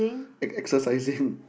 ex exercising